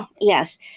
Yes